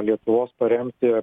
lietuvos paremti